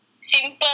simple